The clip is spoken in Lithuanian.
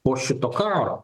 po šito karo